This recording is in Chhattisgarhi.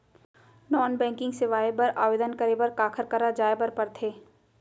नॉन बैंकिंग सेवाएं बर आवेदन करे बर काखर करा जाए बर परथे